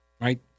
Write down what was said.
right